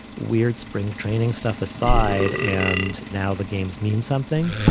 weird spring training stuff aside. and now the games mean something.